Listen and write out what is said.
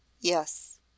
Yes